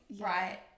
right